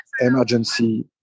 emergency